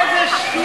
איזה שטויות.